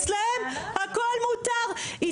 אצלם הכל מותר,